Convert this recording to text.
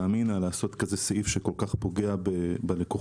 אמינא לעשות כזה סעיף שכל-כך פוגע בלקוחות.